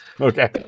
Okay